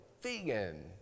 vegan